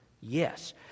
Yes